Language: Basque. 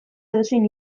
edozein